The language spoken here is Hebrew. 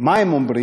מה הם אומרים?